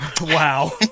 Wow